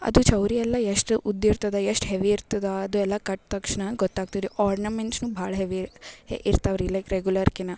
ಅದು ಚೌರಿ ಎಲ್ಲ ಎಷ್ಟು ಉದ್ದ ಇರ್ತದೆ ಎಷ್ಟು ಹೆವಿ ಇರ್ತದೆ ಅದು ಎಲ್ಲ ಕಟ್ಟಿದ್ ತಕ್ಷಣ ಗೊತ್ತಾಗ್ತದೆ ಆರ್ನಮೆಂಟ್ಸ್ನು ಭಾಳ ಹೆವಿ ಇರ್ತಾವ್ರಿ ಲೈಕ್ ರೆಗ್ಯುಲರ್ಕಿನ